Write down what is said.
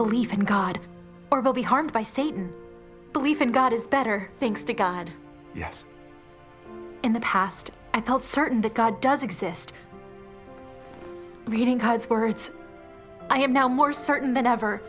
belief in god or will be harmed by satan belief in god is better things to god yes in the past i felt certain that god does exist reading hundreds words i am now more certain than ever